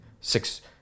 six